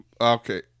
okay